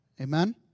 Amen